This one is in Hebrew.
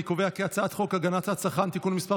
אני קובע כי הצעת חוק הגנת הצרכן (תיקון מס'